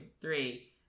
three